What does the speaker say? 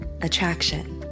Attraction